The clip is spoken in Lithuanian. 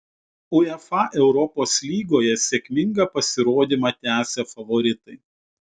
uefa europos lygoje sėkmingą pasirodymą tęsia favoritai